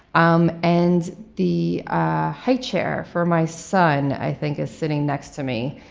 um and the high chair for my son i think is sitting next to me.